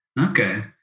Okay